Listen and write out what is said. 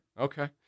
Okay